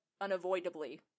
unavoidably